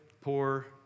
poor